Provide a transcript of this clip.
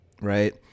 right